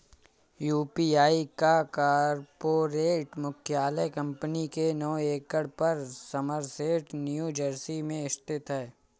UPI का corporate मुख्यालय company के नौ एकड़ पर समरसेट न्यू जर्सी में स्थित है